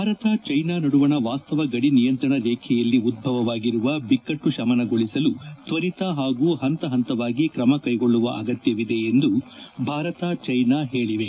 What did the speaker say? Bharat China ನಡುವಣ ವಾಸ್ತವ ಗಡಿ ನಿಯಂತ್ರಣ ರೇಖೆಯಲ್ಲಿ ಉಧ್ಯವಾಗಿರುವ ಬಿಕ್ಕಟ್ಟು ಶಮನಗೊಳಿಸಲು ತ್ವರಿತ ಹಾಗೂ ಪಂತ ಹಂತವಾಗಿ ಕ್ರಮ ಕೈಗೊಳ್ಳುವ ಅಗತ್ಯವಿದೆ ಎಂದು ಭಾರತ ಚೀನಾ ಹೇಳವೆ